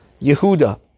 Yehuda